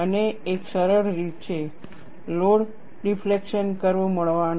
અને એક સરળ રીત છે લોડ ડિફ્લેક્શન કર્વ મેળવવાનો